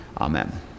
Amen